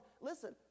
Listen